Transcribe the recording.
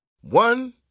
One